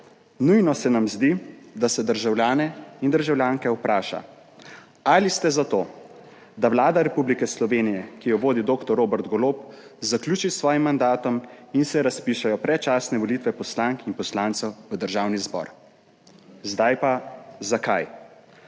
Nujno se nam zdi, da se državljane in državljanke vpraša, ali ste za to, da Vlada Republike Slovenije, ki jo vodi doktor Robert Golob, zaključi s svojim mandatom in se razpišejo predčasne volitve poslank in poslancev v Državni zbor. Zdaj pa, zakaj?